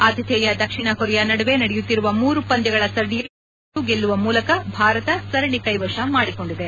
ಆತಿಥೇಯ ದಕ್ಷಿಣ ಕೊರಿಯಾ ನಡುವೆ ನಡೆಯುತ್ತಿರುವ ಮೂರು ಪಂದ್ವಗಳ ಸರಣಿಯಲ್ಲಿ ಎರಡನೇ ಪಂದ್ವದಲ್ಲೂ ಗೆಲ್ಲುವ ಮೂಲಕ ಭಾರತ ಸರಣಿ ಕ್ಷೆವಶ ಮಾಡಿಕೊಂಡಿದೆ